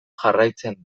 jarraitzen